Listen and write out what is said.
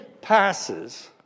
passes